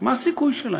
מה הסיכוי שלהם?